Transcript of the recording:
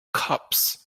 cups